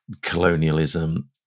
colonialism